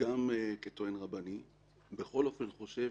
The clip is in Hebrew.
כטוען רבני אני חושב